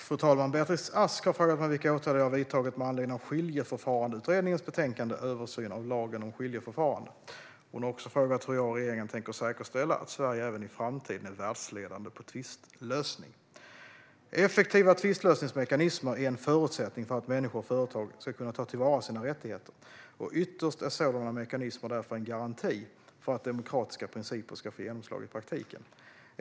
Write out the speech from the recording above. Fru talman! Beatrice Ask har frågat mig vilka åtgärder jag har vidtagit med anledning av Skiljeförfarandeutredningens betänkande Översyn av lagen om skiljeförfarande . Hon har också frågat hur jag och regeringen tänker säkerställa att Sverige även i framtiden är världsledande på tvistlösning. Effektiva tvistlösningsmekanismer är en förutsättning för att människor och företag ska kunna ta till vara sina rättigheter, och ytterst är sådana mekanismer därför en garanti för att demokratiska principer ska få genomslag i praktiken.